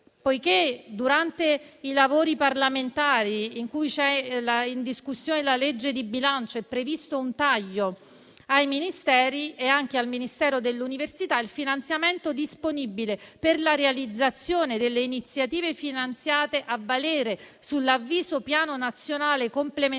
poiché durante i lavori parlamentari in cui è in discussione la legge di bilancio è previsto un taglio ai Ministeri e anche al Ministero dell'università e della ricerca, il finanziamento disponibile per la realizzazione delle iniziative finanziate, a valere sull'avviso piano nazionale complementare